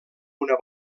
una